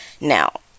Now